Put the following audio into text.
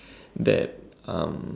that um